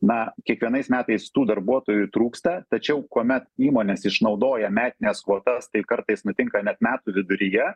na kiekvienais metais tų darbuotojų trūksta tačiau kuomet įmonės išnaudoja metines kvotas tai kartais nutinka net metų viduryje